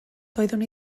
doeddwn